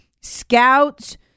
scouts